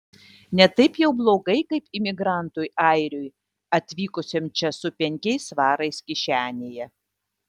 ne taip jau blogai kaip imigrantui airiui atvykusiam čia su penkiais svarais kišenėje